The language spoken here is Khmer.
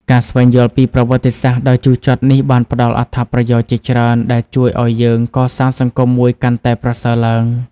ការស្វែងយល់ពីប្រវត្តិសាស្ត្រដ៏ជូរចត់នេះបានផ្តល់អត្ថប្រយោជន៍ជាច្រើនដែលជួយឲ្យយើងកសាងសង្គមមួយកាន់តែប្រសើរឡើង។